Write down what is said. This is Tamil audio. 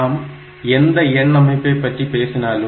நாம் எந்த எண் அமைப்பைப் பற்றி பேசினாலும்